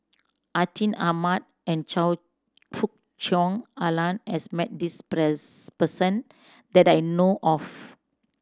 Atin Amat and Choe Fook Cheong Alan has met this person that I know of